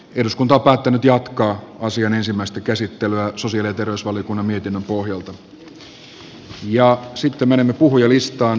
eduskunta päättänyt jatkaa asian ensimmäistä käsittelyä susien ja terveysvaliokunnan kategoriaan kuin tuon äskeisen esimerkin